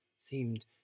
seemed